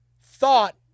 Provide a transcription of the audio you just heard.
thought